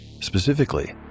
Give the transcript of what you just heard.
Specifically